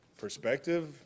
Perspective